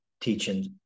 teaching